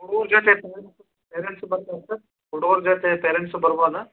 ಹುಡ್ಗ್ರ ಜೊತೆ ಪೇರೆಂಟ್ಸು ಪೇರೆಂಟ್ಸೂ ಬರ್ಬೋದಾ ಸರ್ ಹುಡ್ಗ್ರ ಜೊತೆ ಪೇರೆಂಟ್ಸೂ ಬರ್ಬೋದಾ